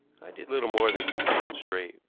i did little more than keep the boat straight,